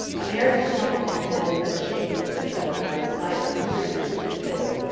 american confidence had been much shaken in september by the sight of the prisoners from detroit,